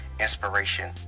inspiration